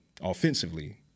offensively